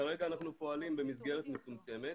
כרגע אנחנו פועלים במסגרת מצומצמת.